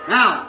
Now